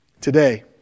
today